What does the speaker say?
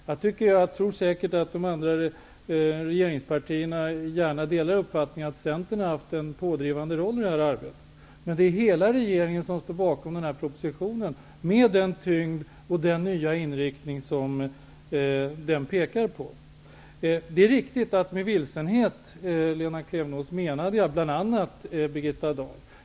Jag tror säkert att de andra regeringspartierna gärna delar uppfattningen att Centern har haft en pådrivande roll i detta arbete. Men det är hela regeringen som står bakom den här propositionen, med den tyngd och den nya inriktning som den pekar på. Det är riktigt, Lena Klevenås, att jag när jag talade om vilsenhet bl.a. menade Birgitta Dahl.